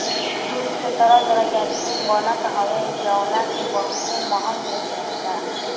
दूध से तरह तरह के आइसक्रीम बनत हवे जवना के बहुते महंग बेचाला